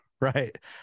right